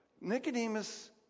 Nicodemus